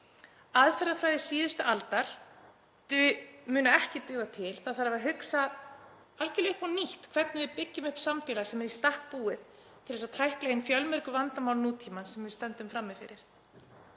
Aðferðafræði síðustu aldar mun ekki duga til. Hugsa þarf algerlega upp á nýtt hvernig við byggjum upp samfélag sem er í stakk búið til þess að tækla hin fjölmörgu vandamál nútímans sem við stöndum frammi fyrir.